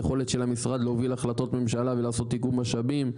היכולת של המשרד להוביל החלטות ממשלה ולעשות איגום משאבים,